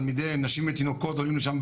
וכישראלים בכלל על כול מה שקורה שם,